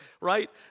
right